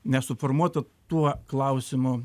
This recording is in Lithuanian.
nesuformuota tuo klausimu